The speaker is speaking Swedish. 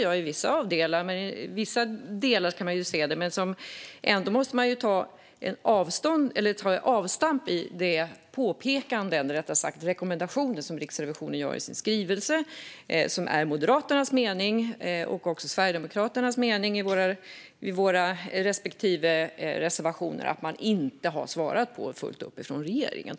I vissa delar kan man ju se det så, men man måste ändå ta avstamp i de rekommendationer som Riksrevisionen har i sin skrivelse och som också är Moderaternas och även Sverigedemokraternas mening i våra respektive reservationer. Vi anser inte att man har svarat på detta fullt ut från regeringen.